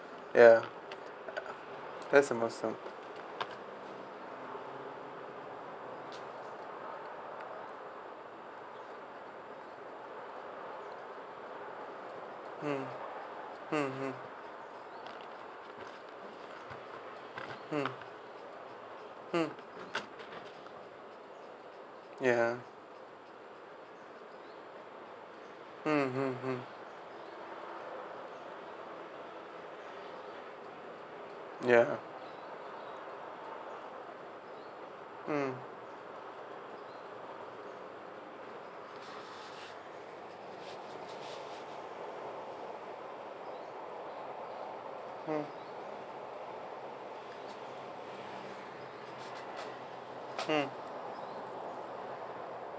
ya that is a messed up mm mm mm mm mm ya mm mm mm ya mm mm mm